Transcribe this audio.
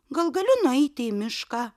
gal galiu nueiti į mišką